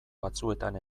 batzuetan